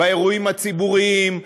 באירועים הציבוריים,